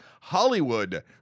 Hollywood